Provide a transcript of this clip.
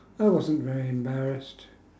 I wasn't very embarrassed